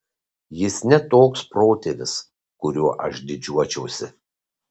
jis ne toks protėvis kuriuo aš didžiuočiausi